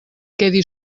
quedi